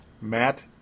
Matt